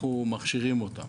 אנחנו מכשירים אותם.